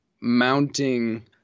mounting